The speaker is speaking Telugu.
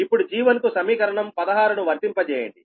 ఇప్పుడు G1 కు సమీకరణం 16 ను వర్తింప చేయండి